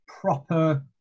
proper